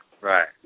Right